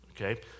okay